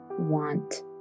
want